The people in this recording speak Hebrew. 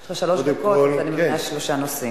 יש לך שלוש דקות, אז מדובר בשלושה נושאים.